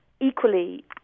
equally